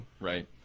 right